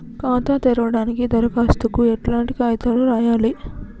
ఖాతా తెరవడానికి దరఖాస్తుకు ఎట్లాంటి కాయితాలు రాయాలే?